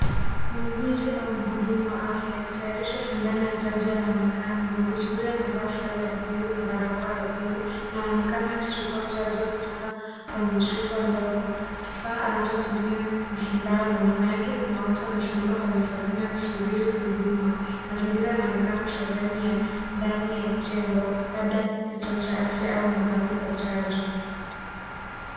Muuguzi au muhudumu wa afya akitayarisha shindano ya chanjo juu amevaa sare ya blue na barakoa ya blue na anaonekana akichukua chanjo kwenye chupa ndogo kifaa anachotumia ni shindano. Nyuma yake kuna watu wamesimama kwenye foleni wakisubiri huduma mazingira inaonekana sehemu ya ndani ya jengo kilicho cha afya au mahali pa chanjo.